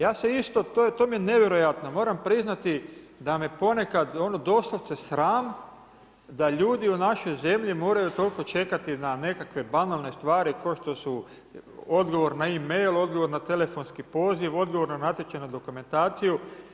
Ja se isto, to mi je nevjerojatno, moram priznati da me ponekad doslovce sram da ljudi u našoj zemlji moraju toliko čekati na nekakve banalne stvari kao što su odgovor na email, odgovor na telefonski poziv, odgovor na natječajnu dokumentaciju.